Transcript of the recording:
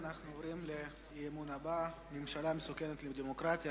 אנחנו עוברים להצעת האי-אמון הבאה: הממשלה מסוכנת לדמוקרטיה,